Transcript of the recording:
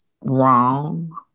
wrong